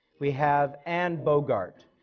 we have anne bogart.